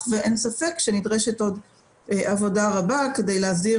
ואין ספק שנדרשת עוד עבודה רבה כדי להסדיר,